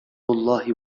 الله